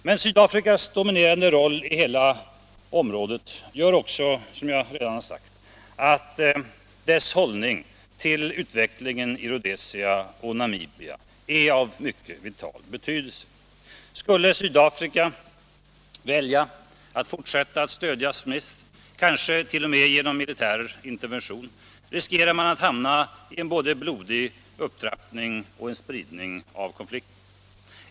Men Sydafrikas dominerande roll i hela området gör också, som jag redan har sagt, att dess hållning till utvecklingen i Rhodesia och Namibia är av vital betydelse. Skulle Sydafrika välja att fortsätta att stödja Smith, kanske t.o.m. genom militär intervention, riskerar man att hamna i både en blodig upptrappning och spridning av konflikten.